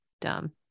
dumb